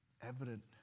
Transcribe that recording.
evident